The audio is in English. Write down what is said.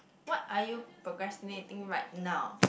what are you procrastinating right now